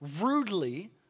rudely